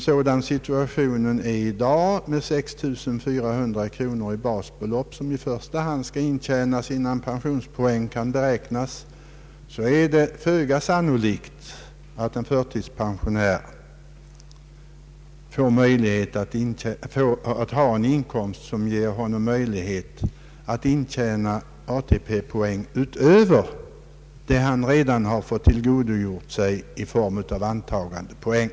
Sådan situationen är i dag med 6 400 kronor i basbelopp som i första hand skall intjänas innan pensionspoäng kan beräknas, är det föga sannolikt att en förtidspensionär har en inkomst som ger honom möjlighet att intjäna ATP poäng utöver dem han redan fått tillgodogöra sig i form av antagandepoäng.